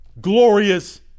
glorious